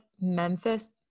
Memphis